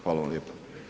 Hvala vam lijepo.